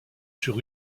sur